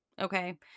Okay